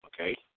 okay